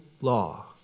law